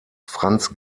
franz